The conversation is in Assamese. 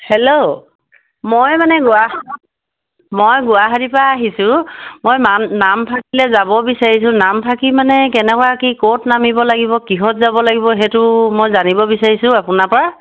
হেল্ল' মই মানে গুৱা মই গুৱাহাটীৰ পৰা আহিছোঁ মই নাম নামফাকেলৈ যাব বিচাৰিছোঁ নামফাকে মানে কেনেকুৱা কি ক'ত নামিব লাগিব কিহঁত যাব লাগিব সেইটো মই জানিব বিচাৰিছোঁ আপোনাৰ পৰা